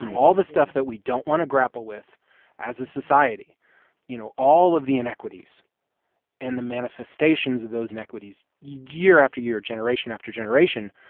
all the stuff that we don't want to grapple with as a society you know, all of the inequities and the manifestations of those inequities. year after year, generation after generation,